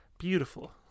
Beautiful